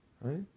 Right